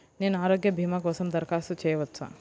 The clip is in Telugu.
నేను ఆరోగ్య భీమా కోసం దరఖాస్తు చేయవచ్చా?